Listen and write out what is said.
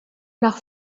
nach